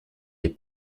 les